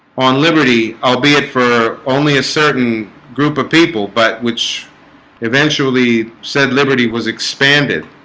on liberty i'll be it for only a certain group of people, but which eventually said liberty was expanded